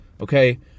okay